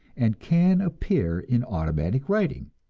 and can appear in automatic writing,